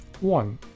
One